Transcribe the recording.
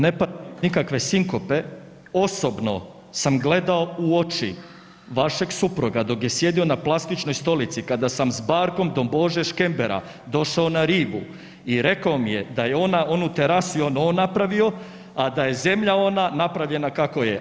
ne .../nerazumljivo/... nikakve sinkope, osobno sam gledao u oči vašeg supruga dok je sjedio na plastičnoj stolici kada sam barkom don Bože Škembera došao na rivu i rekao mi je da je on na onu terasu i on napravio, a da je zemlja ona napravljena kako je.